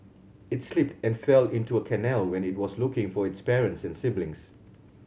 it slipped and fell into a canal when it was looking for its parents and siblings